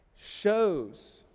shows